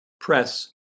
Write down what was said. press